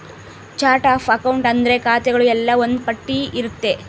chart of account ಅಂದ್ರೆ ಖಾತೆಗಳು ಎಲ್ಲ ಒಂದ್ ಪಟ್ಟಿ ಇರುತ್ತೆ